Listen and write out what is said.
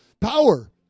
power